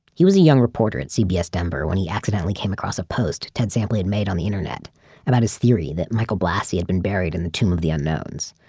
he was a young reporter at cbs denver when he accidentally came across a post ted sampley had made on the internet about his theory that michael blassi had been buried in the tomb of the unknowns.